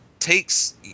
takes